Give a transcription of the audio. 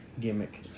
gimmick